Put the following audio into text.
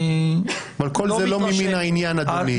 כל זה לא ממן העניין, אדוני.